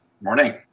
Morning